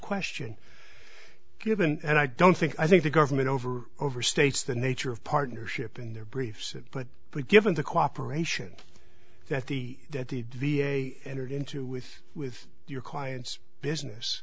have and i don't think i think the government over overstates the nature of partnership in their briefs but but given the cooperation that the that the v a entered into with with your client's business